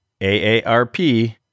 AARP